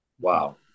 Wow